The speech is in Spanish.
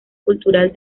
cultural